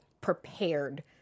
prepared